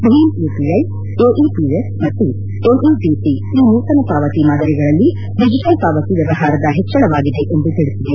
Bhim UPI AEPS ಮತ್ತು NETC ಈ ನೂತನ ಪಾವತಿ ಮಾದರಿಯಲ್ಲಿ ಡಿಜಿಟಲ್ ಪಾವತಿ ವ್ಯವಹಾರದ ಹೆಚ್ಲಳವಾಗಿದೆ ಎಂದು ತಿಳಿಸಿದೆ